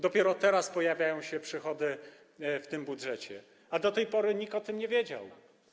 Dopiero teraz pojawiają się przychody w tym budżecie, a do tej pory nikt o tym nie wiedział.